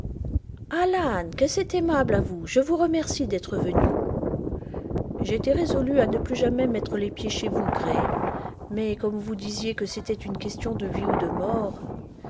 que c'est aimable à vous je vous remercie d'être venu j'étais résolu à ne plus jamais mettre les pieds chez vous gray mais comme vous disiez que c'était une question de vie ou de mort